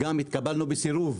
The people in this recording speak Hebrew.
קיבלנו סירוב